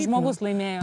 žmogus laimėjo